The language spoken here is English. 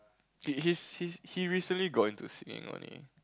he he's he recently got into singing only